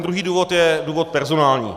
Druhý důvod je důvod personální.